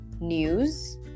News